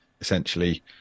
essentially